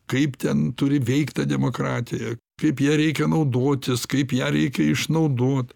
kaip ten turi veikt ta demokratija kaip ja reikia naudotis kaip ją reikia išnaudot